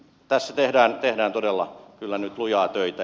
tässä tehdään todella kyllä nyt lujaa töitä